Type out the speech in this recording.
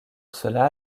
cela